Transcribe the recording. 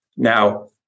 Now